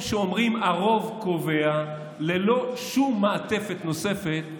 במקום שאומרים "הרוב קובע" ללא שום מעטפת נוספת,